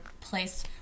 place